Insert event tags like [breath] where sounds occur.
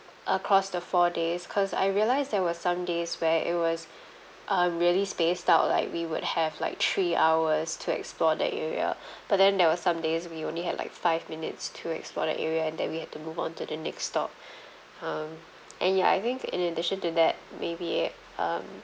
across the four days because I realise there was some days where it was um really spaced out like we would have like three hours to explore that area [breath] but then there was some days we only had like five minutes to explore that area and that we had to move on to the next stop [breath] um and ya I think in addition to that maybe um